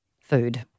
food